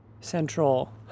central